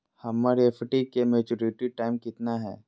हमर एफ.डी के maturity time कितना है?